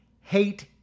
hate